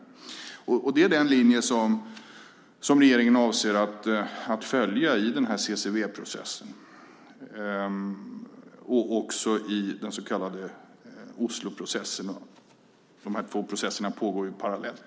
Det är den linje som regeringen avser att följa i CCW-processen och också i den så kallade Osloprocessen. De här två processerna pågår parallellt.